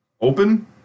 open